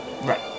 Right